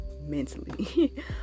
mentally